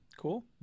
Cool